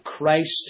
Christ